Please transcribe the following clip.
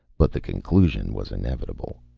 but the conclusion was inevitable.